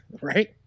right